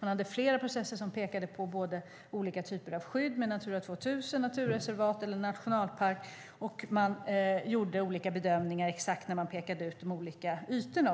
Man hade flera processer som pekade på olika typer av skydd - Natura 2000, naturreservat eller nationalpark - och man gjorde olika bedömningar när man pekade ut de olika ytorna.